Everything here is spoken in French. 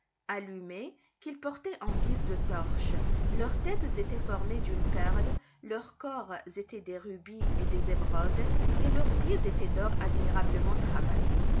allumées qu'ils portaient en guise de torches leurs têtes étaient formées d'une perle leurs corps étaient des rubis et des émeraudes et leurs pieds étaient d'or admirablement travaillé